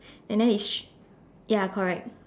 and then it's ya correct